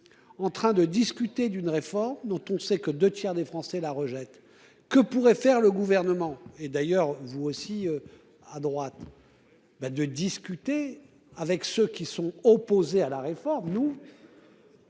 En train de discuter d'une réforme dont on sait que 2 tiers des Français la rejettent que pourrait faire le gouvernement et d'ailleurs vous aussi à droite. Ben de discuter avec ceux qui sont opposés à la réforme nous.